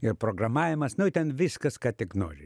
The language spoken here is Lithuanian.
ir programavimas nu ten viskas ką tik nori